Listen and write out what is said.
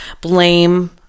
blame